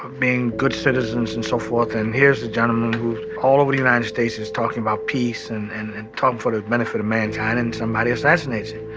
being good citizens and so forth. and here is a gentleman who all over the united states is talking about peace and and talking for the benefit of mankind and somebody assassinates him.